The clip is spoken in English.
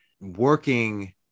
working